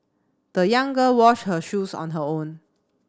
the young girl washed her shoes on her own